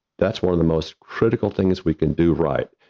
that's one of the most critical things we can do right,